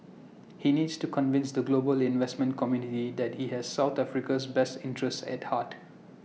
he needs to convince the global investment community that he has south Africa's best interests at heart